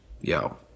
yo